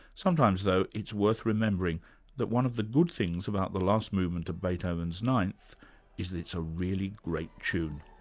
sometimes though, it's worth remembering that one of the good things about the last movement of beethoven's ninth is that it's a really great tunethis